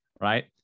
right